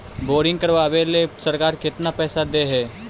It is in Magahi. बोरिंग करबाबे ल सरकार केतना पैसा दे है?